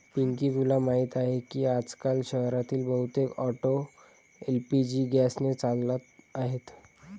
पिंकी तुला माहीत आहे की आजकाल शहरातील बहुतेक ऑटो एल.पी.जी गॅसने चालत आहेत